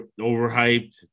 Overhyped